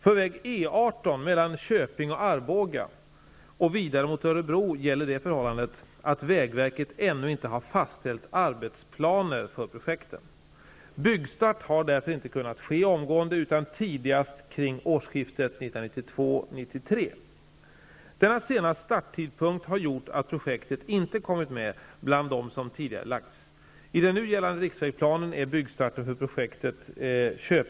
För väg E 18 mellan Köping och Arboga och vidare mot Örebro gäller det förhållandet att vägverket ännu inte har fastställt arbetsplaner för projekten. Byggstart har därför inte kunnat ske omgående, utan sådan sker tidigast kring årsskiftet 1992/93. Denna sena starttidpunkt har gjort att projektet inte kommit med bland dem som tidigarelagts.